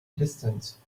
distance